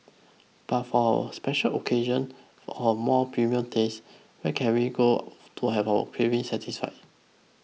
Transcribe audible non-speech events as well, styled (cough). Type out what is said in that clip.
but for a special occasion (noise) or more premium taste where can we go off to have our craving satisfied